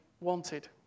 wanted